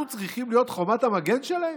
אנחנו צריכים להיות חומת המגן שלהם?